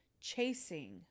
chasing